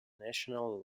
national